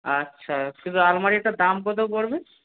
আচ্ছা শুধু আলমারিটার দাম কত পড়বে